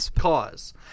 cause